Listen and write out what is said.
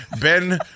Ben